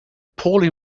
poorly